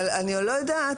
אבל אני לא יודעת,